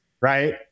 Right